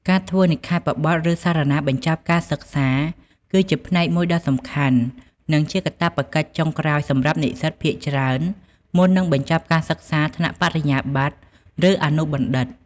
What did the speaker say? ការធ្វើនិក្ខេបបទ ឬសារណាបញ្ចប់ការសិក្សា គឺជាផ្នែកមួយដ៏សំខាន់ និងជាកាតព្វកិច្ចចុងក្រោយសម្រាប់និស្សិតភាគច្រើន មុននឹងបញ្ចប់ការសិក្សាថ្នាក់បរិញ្ញាបត្រ ឬអនុបណ្ឌិត។